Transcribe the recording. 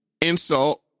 insult